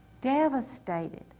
devastated